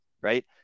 right